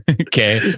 Okay